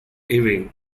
ewing